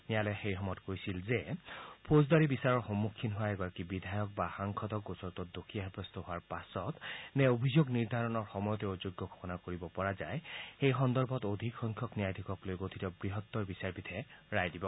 ন্যায়ালয়ে সেই সময়ত কৈছিল যে ফৌজদাৰী বিচাৰৰ সম্মুখীন হোৱা এগৰাকী বিধায়ক বা সাংসদক গোচৰটোত দোষী সাব্যস্ত হোৱাৰ পাছত নে অভিযোগ নিৰ্ধাৰণৰ সময়তে অযোগ্য ঘোষণা কৰিব পৰা যায় সেই সন্দৰ্ভত অধিক সংখ্যক ন্যায়াধীশক লৈ গঠিত বৃহত্তৰ বিচাৰপীঠে ৰায় দিব